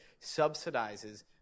subsidizes